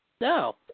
No